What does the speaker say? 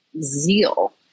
zeal